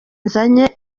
nzanye